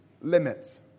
limits